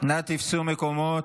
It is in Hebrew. אנא תפסו מקומות.